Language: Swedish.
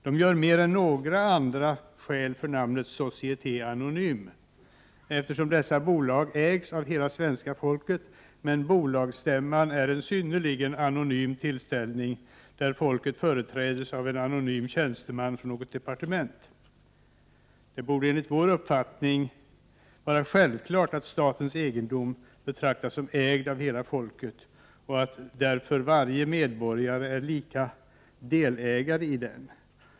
De gör mer än några andra skäl för namnet ”société anonyme”, eftersom dessa bolag ägs av hela svenska folket men bolagsstämman är en synnerligen anonym tillställning, där folket företräds av en anonym tjänsteman från något departement. Det borde enligt vår uppfattning vara självklart att statens egendom betraktas som ägd av hela folket och att därför varje medborgare är lika stor delägare i den.